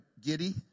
giddy